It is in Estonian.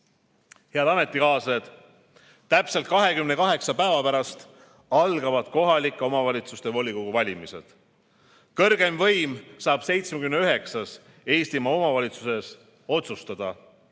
Head ametikaaslased! Täpselt 28 päeva pärast algavad kohaliku omavalitsuse volikogu valimised. Kõrgeim võim saab 79-s Eestimaa omavalitsuses otsustada, kes